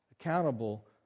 accountable